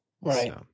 Right